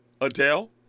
Adele